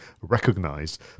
recognized